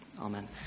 amen